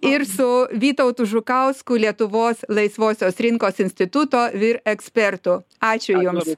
ir su vytautu žukausku lietuvos laisvosios rinkos instituto vyr ekspertu ačiū jums